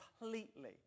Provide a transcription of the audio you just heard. completely